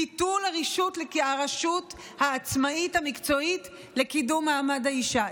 ביטול הרשות העצמאית המקצועית לקידום מעמד האישה.